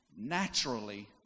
Naturally